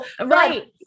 Right